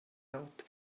out